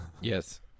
yes